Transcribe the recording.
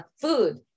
food